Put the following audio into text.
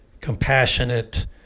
compassionate